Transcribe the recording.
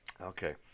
Okay